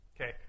Okay